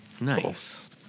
Nice